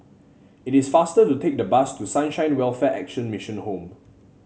it is faster to take the bus to Sunshine Welfare Action Mission Home